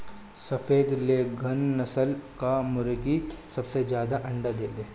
सफ़ेद लेघोर्न नस्ल कअ मुर्गी सबसे ज्यादा अंडा देले